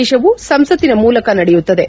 ದೇಶವು ಸಂಸತ್ತಿನ ಮೂಲಕ ನಡೆಯುತ್ತದೆ